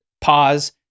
pause